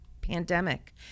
pandemic